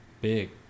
big